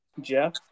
Jeff